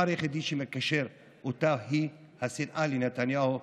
היחידי שקושר אותה הוא השנאה לנתניהו,